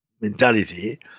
mentality